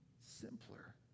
simpler